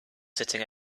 sitting